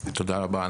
תודה רבה,